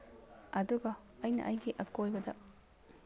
ꯑꯗꯨꯒ ꯑꯩꯅ ꯑꯩꯒꯤ ꯑꯀꯣꯏꯕꯗ